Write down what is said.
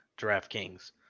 DraftKings